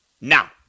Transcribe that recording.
Now